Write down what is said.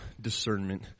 discernment